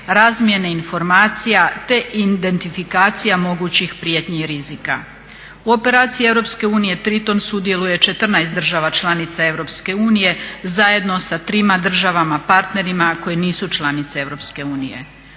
razmjene informacija te identifikacija mogućih prijetnji rizika. U operaciji Europske unije "Triton" sudjeluje 14 država članica Europske unije zajedno sa trima državama partnerima koje nisu članice